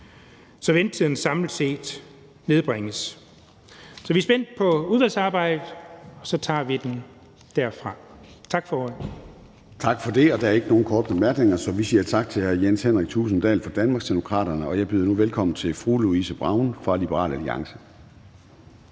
så ventetiden samlet set nedbringes. Så vi er spændte på udvalgsarbejdet, og så tager vi den derfra. Tak for ordet. Kl. 14:18 Formanden (Søren Gade): Tak for det. Der er ikke nogen korte bemærkninger, så vi siger tak til hr. Jens Henrik Thulesen Dahl fra Danmarksdemokraterne. Jeg byder nu velkommen til fru Louise Brown fra Liberal Alliance.